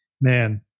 man